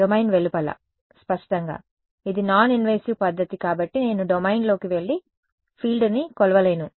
domain వెలుపల స్పష్టంగా ఇది నాన్ ఇన్వాసివ్ పద్ధతి కాబట్టి నేను డొమైన్లోకి వెళ్లి ఫీల్డ్ని కొలవలేను